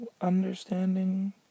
understanding